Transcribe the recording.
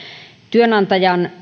työnantajan